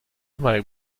might